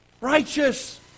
Righteous